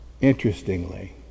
interestingly